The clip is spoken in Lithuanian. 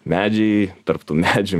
medžiai tarp tų medžių